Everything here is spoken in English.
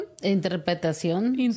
Interpretación